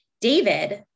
David